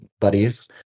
buddies